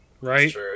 Right